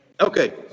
okay